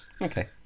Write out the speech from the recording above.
okay